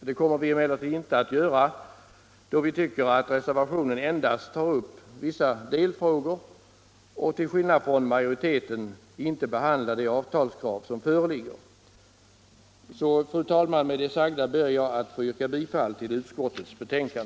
Det kommer vi emellertid inte att göra då vi tycker att reservationen endast tar upp vissa delfrågor och till skillnad från majoriteten inte behandlar det avtalskrav som föreligger. Fru talman! Med det sagda ber jag att få yrka bifall till utskottets hemställan.